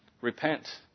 Repent